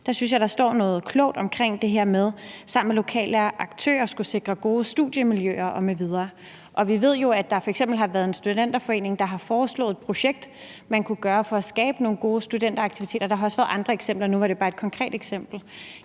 der står noget klogt om det her med sammen med lokale aktører at skulle sikre gode studiemiljøer m.v. Vi ved jo, at der f.eks. har været en studenterforening, der har foreslået et projekt, man kunne lave for at skabe nogle gode studenteraktiviteter, og der har også været andre eksempler, men nu var det bare et konkret eksempel.